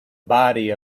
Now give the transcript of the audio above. body